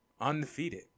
undefeated